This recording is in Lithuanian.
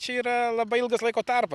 čia yra labai ilgas laiko tarpas